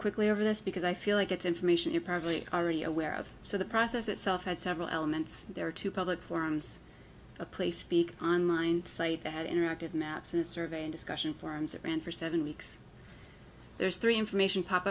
quickly over this because i feel like it's information you probably already aware of so the process itself has several elements there to public forums a place speak on line site that interactive maps and surveying discussion forums and for seven weeks there's three information pop